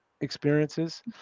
experiences